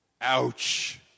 Ouch